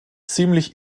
ziemlich